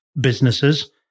businesses